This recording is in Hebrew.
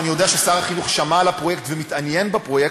ואני יודע ששר החינוך שמע על הפרויקט ומתעניין בפרויקט,